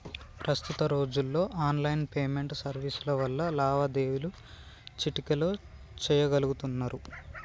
ప్రస్తుత రోజుల్లో online payment సర్వీసుల వల్ల లావాదేవీలు చిటికెలో చెయ్యగలుతున్నరు